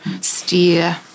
steer